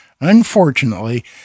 Unfortunately